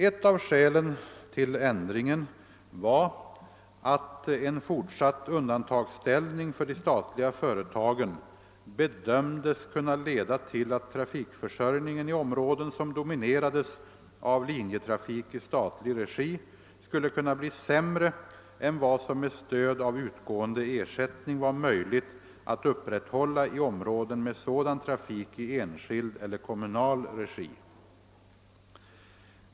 Ett av skälen till ändringen var att en fortsatt undantagsställning för de statliga företagen bedömdes kunna leda till alt trafikförsörjningen i områden, som dominerades av linjetrafik i statlig regi, skulle kunna bli sämre än vad som med stöd av utgående ersättning var möjligt att upprätthålla i områden med sådan trafik i enskild eller kommunal regi.